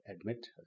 admit